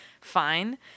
Fine